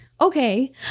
okay